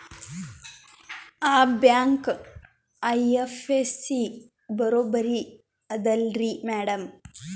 ಆ bank IFSC ಬರೊಬರಿ ಅದಲಾರಿ ಮ್ಯಾಡಂ?